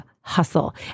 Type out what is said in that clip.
hustle